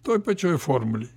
toj pačioj formulėj